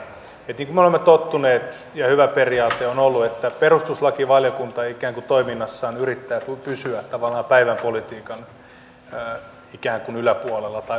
niin kuin me olemme tottuneet ja hyvä periaate on ollut perustuslakivaliokunta ikään kuin toiminnassaan yrittää pysyä tavallaan päivänpolitiikan yläpuolella tai ulkopuolella